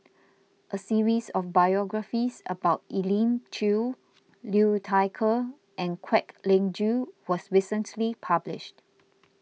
a series of biographies about Elim Chew Liu Thai Ker and Kwek Leng Joo was recently published